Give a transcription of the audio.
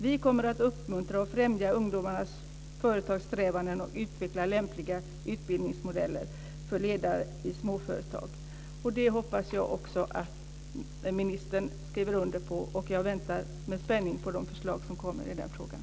Vi kommer att uppmuntra och främja ungdomars företagarsträvanden och utveckla lämpliga utbildningsmodeller för ledare i småföretag." Det hoppas jag att också ministern skriver under på. Jag väntar med spänning på de förslag som kommer i den frågan.